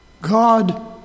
God